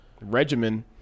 regimen